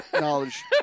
Knowledge